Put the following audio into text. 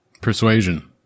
Persuasion